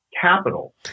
capital